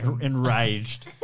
enraged